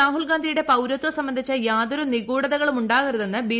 രാഹുൽഗാന്ധിയുടെ പൌരത്വം സംബന്ധിച്ച് യാതൊരു നിഗൂഢതകളുമുണ്ടാകരുതെന്ന് ബി